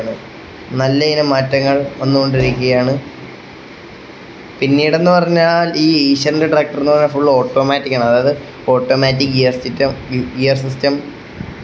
അതുപോലെ city life നഗരങ്ങളിലെ പോലെ തിക്കും തിരക്കും അതുപോലെ അത് അത്രയ്ക്ക് ശബ്ദ മലിനീകരണമുള്ളിടത്ത് പഠിക്കുന്നത് എങ്ങനെയാണ് ഇപ്പോഴത്തെ കുട്ടികൾ ഈ ശബ്ദത്തിൻ്റെ കൂടെ ടീച്ചർമാർ പഠിപ്പിക്കുന്ന കാര്യങ്ങൾ പഠിക്കാൻ പറ്റില്ല